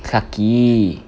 clarke quay